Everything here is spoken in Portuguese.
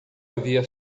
havia